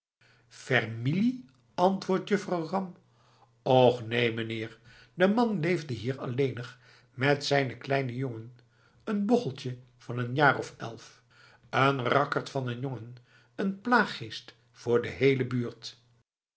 fermielie antwoordt juffrouw ram och neen meneer de man leefde hier alleenig met zijn kleinen jongen een bocheltje van een jaar of elf een rakkerd van een jongen n plaaggeest voor de heele buurt